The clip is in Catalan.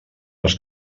les